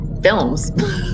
films